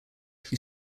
who